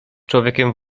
człowiekiem